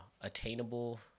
attainable